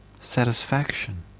satisfaction